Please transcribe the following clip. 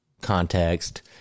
context